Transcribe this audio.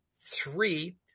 Three